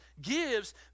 gives